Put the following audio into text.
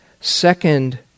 Second